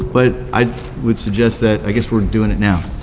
but i would suggest that, i guess we're doing it now.